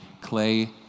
clay